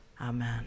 Amen